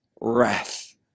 wrath